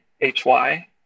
H-Y